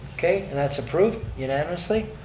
okay, and that's approved unanimously.